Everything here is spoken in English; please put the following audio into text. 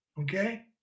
Okay